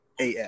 AF